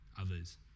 others